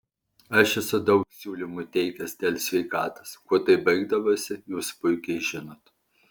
aš esu daug siūlymų teikęs dėl sveikatos kuo tai baigdavosi jūs puikiai žinot